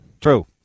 True